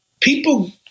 People